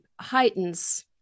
heightens